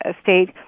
state